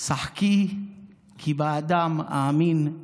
שחקי כי באדם אאמין /